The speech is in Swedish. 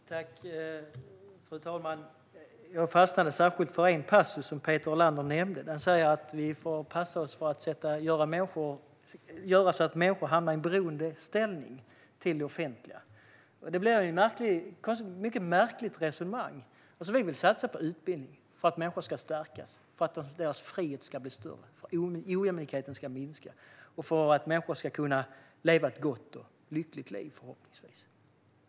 Fru talman! Jag fastnade särskilt för en passus i Peter Helanders inlägg. Han sa att vi får passa oss för att göra så att människor hamnar i beroendeställning gentemot det offentliga. Det är ett mycket märkligt resonemang. Vi vill satsa på utbildning för att människor ska stärkas och för att deras frihet ska bli större, för att ojämlikheten ska minska och för att människor, förhoppningsvis, ska kunna leva ett gott och lyckligt liv.